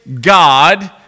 God